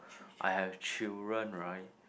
I have children right